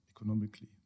economically